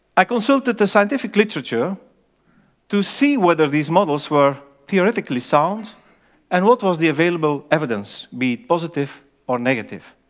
i consulted the scientific literature to see whether these models were theoretically sound and what was the available evidence, be it positive or negative.